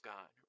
God